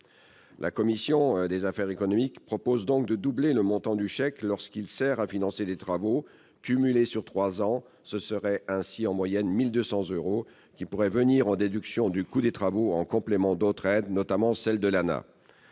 La commission des affaires économiques propose donc de doubler le montant du chèque lorsqu'il sert à financer des travaux : cumulé sur trois ans, ce seraient ainsi, en moyenne, 1 200 euros qui pourraient venir en déduction du coût des travaux, en complément d'autres aides, notamment celles de l'ANAH.